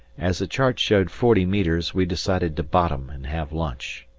as the chart showed forty metres we decided to bottom and have lunch.